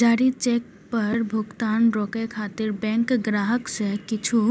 जारी चेक पर भुगतान रोकै खातिर बैंक ग्राहक सं किछु